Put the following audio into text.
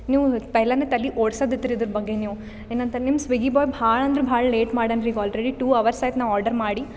ನೀವು ಪೈಲನೆ ತಲೆ ಓಡ್ಸೋದ್ ಇತ್ರಿ ಇದರ ಬಗ್ಗೆ ನೀವು ಏನಂತೀರ್ ನಿಮ್ಮ ಸ್ವಿಗ್ಗಿ ಬೊಯ್ ಭಾಳ ಅಂದ್ರೆ ಭಾಳ ಲೇಟ್ ಮಾಡ್ಯಾನ್ರೀ ಆಲ್ರೆಡಿ ಟೂ ಅವರ್ಸ್ ಆಯ್ತು ನ ಆರ್ಡರ್ ಮಾಡಿ